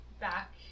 back